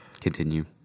Continue